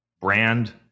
Brand